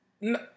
No